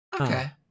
Okay